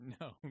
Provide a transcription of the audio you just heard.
No